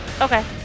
Okay